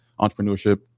entrepreneurship